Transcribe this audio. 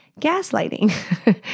gaslighting